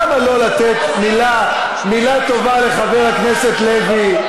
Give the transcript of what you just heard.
למה לא לתת מילה טובה לחבר הכנסת לוי?